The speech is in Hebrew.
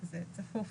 זה צפוף.